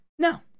No